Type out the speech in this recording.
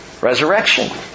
Resurrection